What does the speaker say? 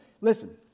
Listen